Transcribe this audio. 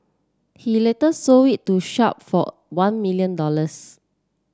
he later sold it to Sharp for one million dollars